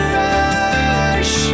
rush